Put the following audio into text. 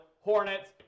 Hornets